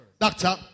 doctor